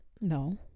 No